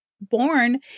born